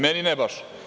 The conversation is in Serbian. Meni ne baš.